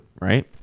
right